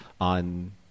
on